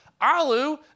Alu